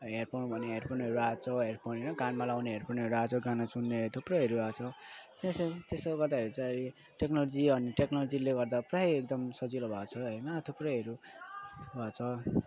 headphone भन्यो हेडफोनहरू आएको छ हेडफोन होइन कानमा लगाउने हेडफोनहरू आएको छ गाना सुन्ने थुप्रोहरू आएको छ त्यसो गर्दाखेरि चाहिँ टेक्नोलोजी अनि टोक्नोलोजीले गर्दा प्रायः एकदम सजिलो भएको छ होइन थुप्रैहरू भएको छ